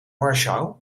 warschau